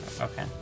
Okay